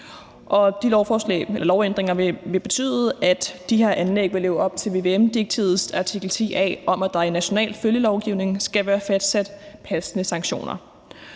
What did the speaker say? De lovændringer vil betyde, at de her anlæg vil leve op til vvm-direktivets artikel 10 a om, at der i national følgelovgivning skal være fastsat passende sanktioner.